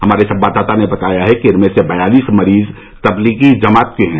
हमारे संवाददाता ने बताया है कि इनमें से बयालीस मरीज तबलीगी जमात के हैं